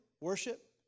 worship